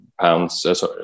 pounds